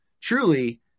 truly